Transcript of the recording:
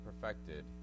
perfected